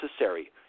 necessary